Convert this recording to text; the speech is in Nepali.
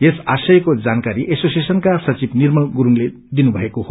यस आशयको जानकारी उसोसिएशनका ससचिव निर्मल गुरूङले दिनुभएको छ